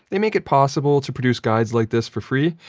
they make it possible to produce guides like this for free,